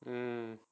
mm